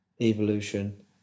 Evolution